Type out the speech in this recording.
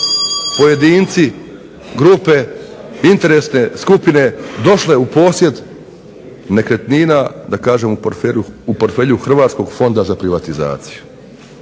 pojedinci, grupe, interesne skupine došle u posjed nekretnina, da kažem u portfelju Hrvatskog fonda za privatizaciju.